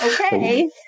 Okay